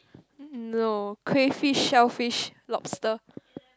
no crave fish shellfish lobster